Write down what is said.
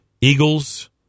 Eagles